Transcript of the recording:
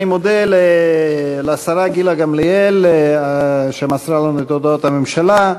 אני מודה לשרה גילה גמליאל שמסרה לנו את הודעות הממשלה.